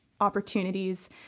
opportunities